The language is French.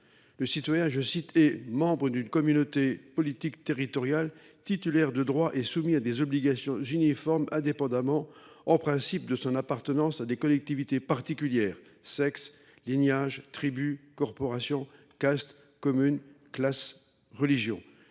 Le citoyen est celui qui est « membre d’une communauté politique territoriale, titulaire de droits et soumis à des obligations uniformes indépendamment, en principe, de son appartenance à des collectivités “particulières” : sexe, lignages, tribus, corporations, castes, communes, classes, religions ».